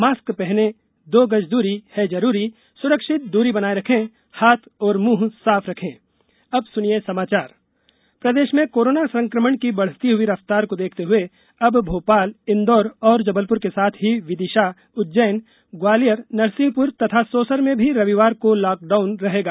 mask पहनें दो गज दूरी है जरूरी स्रक्षित दूरी बनाये रखें हाथ और मुंह साफ रखें प्रदेश कोरोना प्रदेश में कोरोना संक्रमण की बढ़ती हुई रफ्तार को देखते हुए अब भोपाल इंदौर और जबलप्र के साथ ही विदिशा उज्जैन ग्वालियर नरसिंहप्र तथा सौंसर में भी रविवार को लॉक डाउन रहेगा